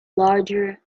larger